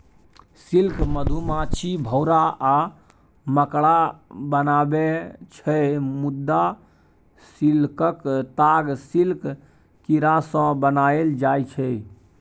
silk मधुमाछी, भौरा आ मकड़ा बनाबै छै मुदा सिल्कक ताग सिल्क कीरासँ बनाएल जाइ छै